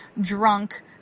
drunk